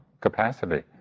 capacity